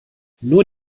nur